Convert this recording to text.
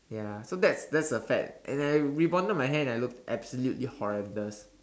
ya so that's that's a fad and I rebonded my hair and I looked absolutely horrendous